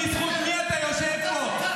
בזכות מי אתה יושב פה?